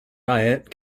diet